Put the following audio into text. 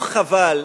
לא חבל